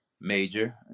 major